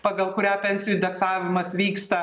pagal kurią pensijų indeksavimas vyksta